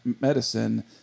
medicine